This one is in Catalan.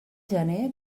gener